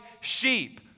sheep